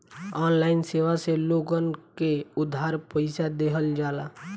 online सेवा से लोगन के उधार पईसा देहल जाला